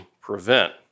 prevent